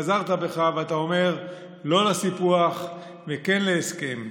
חזרת בך ואתה אומר לא לסיפוח וכן להסכם.